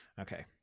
Okay